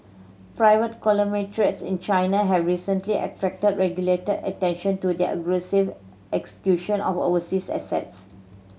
private conglomerates in China have recently attracted regulatory attention to their aggressive execution of overseas assets